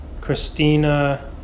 Christina